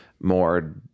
more